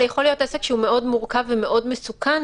יכול להיות עסק שהוא מאוד מורכב ומאוד מסוכן,